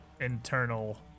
internal